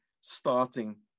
starting